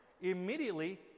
Immediately